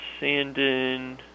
Sandin